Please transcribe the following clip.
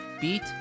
beat